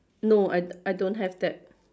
no I I don't have that